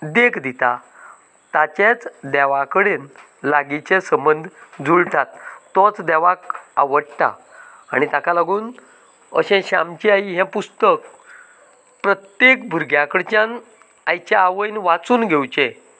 देख दिता ताचेच देवा कडेन लागींचे संबंद जुळटात तोच देवाक आवडटा आनी ताका लागून अशें श्यामची आई हे पुस्तक प्रत्येक भुरग्यां कडच्यान आयच्या आवयन वाचून घेवचें